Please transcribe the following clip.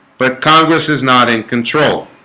but congress is not in control